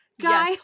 guy